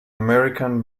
american